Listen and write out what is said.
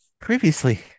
previously